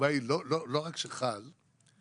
לא רק שחל,